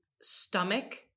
stomach